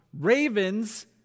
Ravens